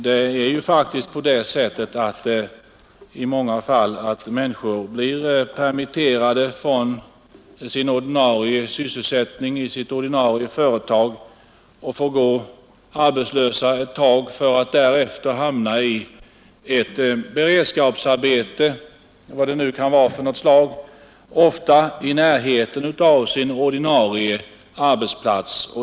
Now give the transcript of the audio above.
Det är ju faktiskt på det sättet i många fall att människor blir permitterade från sin ordinarie sysselsättning och får gå arbetslösa en tid för att därefter hamna i ett beredskapsarbete av något slag, ofta i närheten av sin ordinarie arbetsplats.